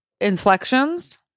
inflections